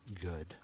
good